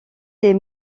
des